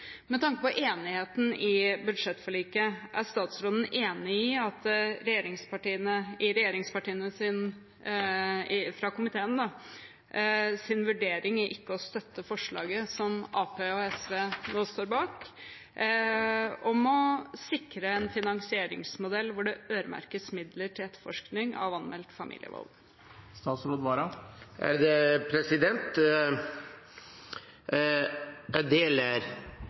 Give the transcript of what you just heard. Med tanke på enigheten i budsjettforliket, er statsråden enig i vurderingen fra regjeringspartiene i komiteen om ikke å støtte forslaget som Arbeiderpartiet og SV nå står bak, om å sikre en finansieringsmodell hvor det øremerkes midler til etterforskning av anmeldt familievold? Jeg deler den oppfatningen som regjeringspartiene har gitt uttrykk for i innstillingen. Så vil jeg